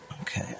Okay